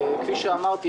כפי שאמרתי,